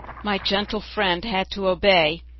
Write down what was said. my gentle friend had to obey,